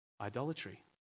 Idolatry